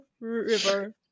River